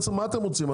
מה אתם רוצים?